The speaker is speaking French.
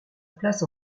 place